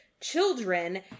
children